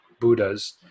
buddhas